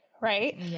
right